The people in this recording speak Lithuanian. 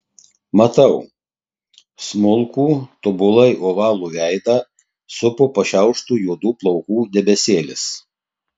matau smulkų tobulai ovalų veidą supo pašiauštų juodų plaukų debesėlis